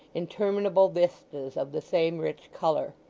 interminable vistas of the same rich colour.